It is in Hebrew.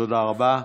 תודה רבה.